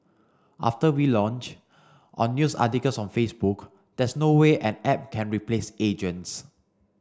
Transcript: after we launch on news articles on Facebook there's no way an app can replace agents